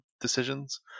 decisions